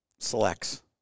Selects